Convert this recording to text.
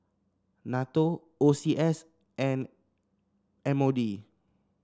NATO O C S and M O D